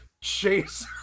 chase